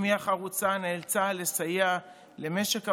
ואימי החרוצה נאלצה לסייע למשק הבית,